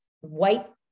white